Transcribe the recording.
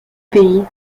pays